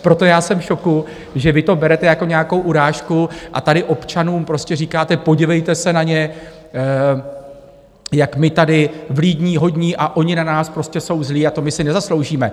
Proto já jsem v šoku, že vy to berete jako nějakou urážku a tady občanům prostě říkáte podívejte se na ně, jak my tady vlídní, hodní, a oni na nás prostě jsou zlí a to my si nezasloužíme.